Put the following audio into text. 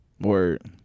word